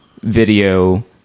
video